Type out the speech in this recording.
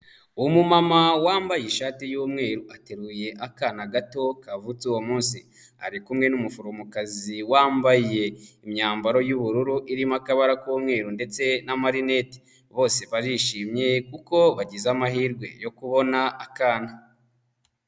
Umumama wambaye ishati y'umweru, ateruye akana gato kavutse uwo munsi, ari kumwe n'umuforomokazi wambaye imyambaro y'ubururu irimo akabara k'umweru ndetse n'amarinete, bose barishimye kuko bagize amahirwe yo kubona akana.